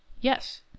Yes